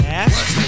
ass